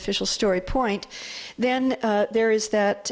official story point then there is that